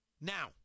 Now